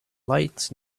lights